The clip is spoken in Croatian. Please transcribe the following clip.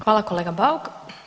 Hvala kolega Bauk.